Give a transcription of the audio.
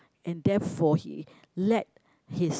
and therefore he let his